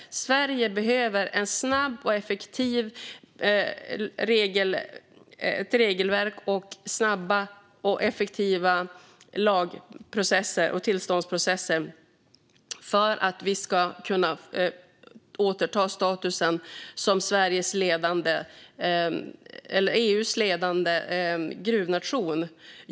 Sverige behöver ett snabbt och effektivt regelverk och snabba och effektiva lagprocesser och tillståndsprocesser för att kunna återta statusen som EU:s ledande gruvnation.